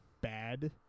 bad